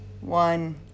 one